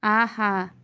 آہا